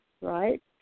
right